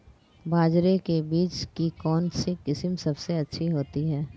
बाजरे के बीज की कौनसी किस्म सबसे अच्छी होती है?